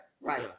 right